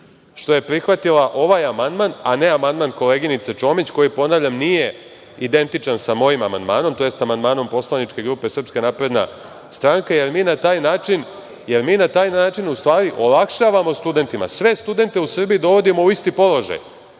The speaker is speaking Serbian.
što je prihvatila ovaj amandman, a ne amandman koleginice Čomić, koji, ponavljam, nije identičan sa mojim amandmanom, tj. amandmanom poslaničke grupe SNS jer mi na taj način u stvari olakšavamo studentima, sve studente u Srbiji dovodimo u siti položaj,